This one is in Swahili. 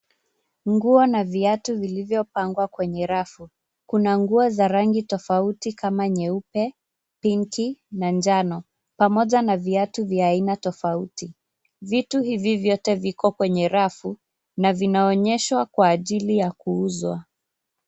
Nguo na viatu vilivyopangwa kwenye rafu. Kuna nguo za rangi tofauti kama nyeupe, pinki na njano pamoja na viatu vya aina tofauti. Vitu hivi vyote viko kwenye rafu na vinaonyeshwa kwa ajili ya kuuzwa.